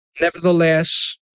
Nevertheless